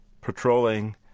patrolling